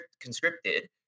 conscripted